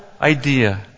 idea